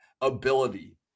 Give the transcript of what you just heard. ability